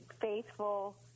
faithful